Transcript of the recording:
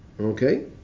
Okay